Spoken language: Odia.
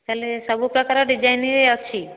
ତାହେଲେ ସବୁ ପ୍ରକାର ଡିଜାଇନରେ ଅଛି